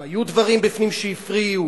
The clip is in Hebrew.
אם היו דברים בפנים שהפריעו,